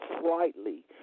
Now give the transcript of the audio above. slightly